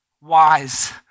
wise